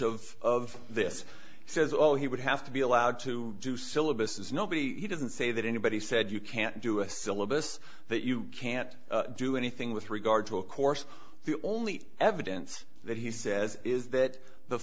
of this he says all he would have to be allowed to do syllabus is nobody he didn't say that anybody said you can't do a syllabus that you can't do anything with regard to a course the only evidence that he says is that the